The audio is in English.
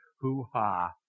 hoo-ha